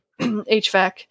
HVAC